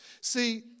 See